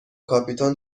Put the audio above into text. کاپیتان